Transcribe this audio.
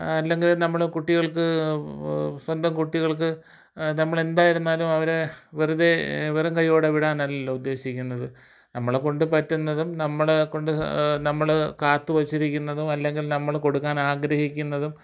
അല്ലെങ്കിലും നമ്മൾ കുട്ടികൾക്ക് സ്വന്തം കുട്ടികൾക്ക് നമ്മൾ എന്തായിരുന്നാലും അവരെ വെറുതെ വെറും കയ്യോടെ വിടാനല്ലല്ലോ ഉദ്ദേശിക്കുന്നത് നമ്മളെ കൊണ്ട് പറ്റുന്നതും നമ്മൾ കൊണ്ടു നമ്മൾ കാത്ത് വച്ചിരിക്കുന്നതും അല്ലെങ്കിൽ നമ്മൾ കൊടുക്കാൻ ആഗ്രഹിക്കുന്നതും